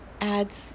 adds